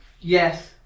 Yes